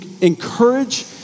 encourage